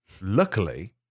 Luckily